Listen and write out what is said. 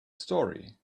story